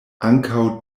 ankaŭ